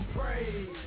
praise